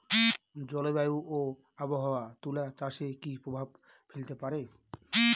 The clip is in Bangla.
জলবায়ু ও আবহাওয়া তুলা চাষে কি প্রভাব ফেলতে পারে?